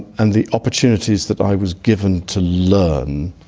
and the opportunities that i was given to learn